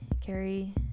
Carrie